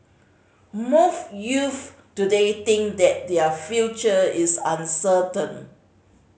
most youth today think that their future is uncertain